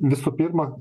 visų pirma